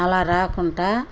అలా రాకుండా